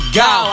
go